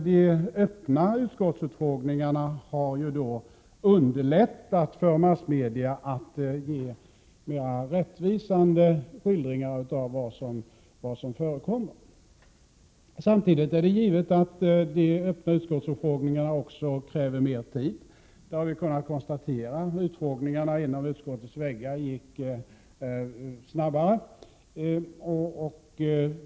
De öppna utskottsutfrågningarna har väl underlättat för massmedia att ge mer rättvisande skildringar av vad som förekommer. Samtidigt är det givet att de öppna utfrågningarna också kräver mer tid. Det har vi kunnat konstatera. Utfrågningarna inom utskottets väggar gick snabbare.